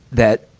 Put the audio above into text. that,